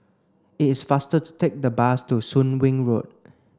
it is faster to take the bus to Soon Wing Road